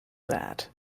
that